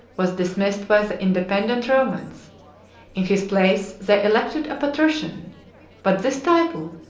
was dismissed by the independent romans in his place they elected a patrician but this title,